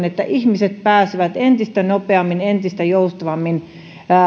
että ihmiset pääsevät entistä nopeammin ja entistä joustavammin